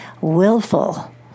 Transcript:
willful